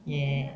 ya